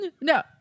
No